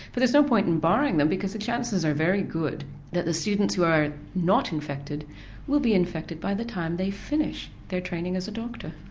but there's no point in barring them because the chances are very good that the students who are not infected will be infected by the time they finish their training as a doctor.